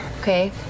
Okay